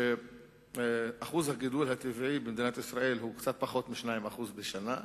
שיעור הגידול הטבעי במדינת ישראל הוא קצת פחות מ-2% בשנה,